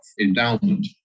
endowment